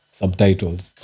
subtitles